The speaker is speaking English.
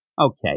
okay